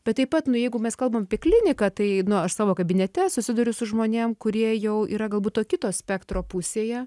bet taip pat nu jeigu mes kalbam apie kliniką tai nu aš savo kabinete susiduriu su žmonėm kurie jau yra galbūt to kito spektro pusėje